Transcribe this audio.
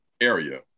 area